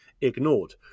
ignored